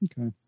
Okay